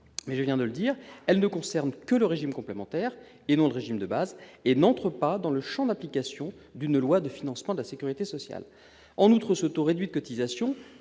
Mais, précisément, elles ne concernent que le régime complémentaire et non le régime de base. De plus, elles n'entrent pas dans le champ d'application d'une loi de financement de la sécurité sociale. En outre, ce taux réduit de cotisation,